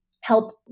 help